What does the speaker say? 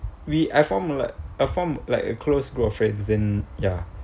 we I form I form like a close group of friends in ya